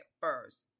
first